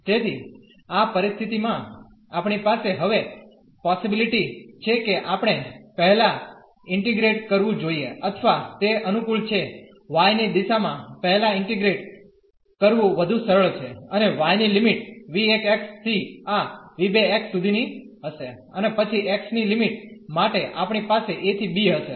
તેથી આ પરિસ્થિતિમાં આપણી પાસે હવે પોસીબીલીટી છે કે આપણે પહેલા ઇન્ટીગ્રેટ કરવું જોઈએ અથવા તે અનુકૂળ છે y ની દિશામાં પહેલા ઇન્ટીગ્રેટ કરવું વધુ સરળ છે અને y ની લિમિટ v1 થી આ v2 સુધીની હશે અને પછી x ની લિમિટ માટે આપણી પાસે a ¿ b હશે